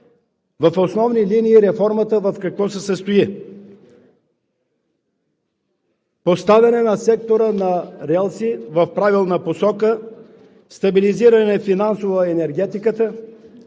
В основни линии реформата в какво се състои? Поставяне на сектора на релси в правилна посока; стабилизиране финансово на енергетиката;